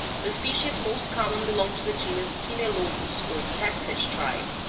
the species most common belong to the genus pimelodus, or catfish tribe.